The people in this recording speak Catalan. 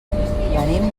venim